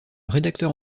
rédacteur